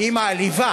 הוא מעליב,